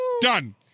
Done